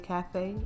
Cafe